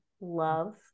love